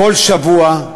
כל שבוע,